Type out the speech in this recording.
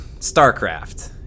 StarCraft